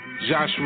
Joshua